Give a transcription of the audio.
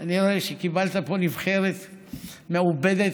אני רואה שקיבלת פה נבחרת מעובדת,